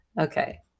Okay